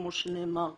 כמו שנאמר כאן.